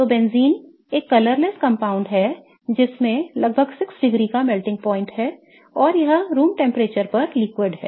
तो बेंजीन एक रंगहीन यौगिक है इसमें लगभग 6 डिग्री का melting point है और यह कमरे के तापमान पर तरल है